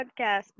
podcast